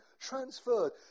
transferred